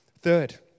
Third